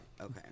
Okay